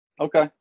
Okay